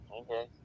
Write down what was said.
Okay